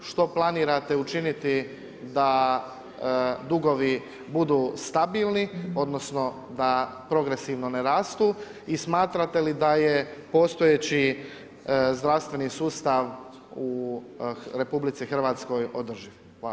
Što planirate učiniti da dugovi budu stabilni, odnosno da progresivno ne rastu i smatrate li da je postojeći zdravstveni sustav u RH održiv?